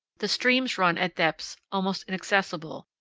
the streams run at depths almost inaccessible,